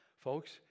Folks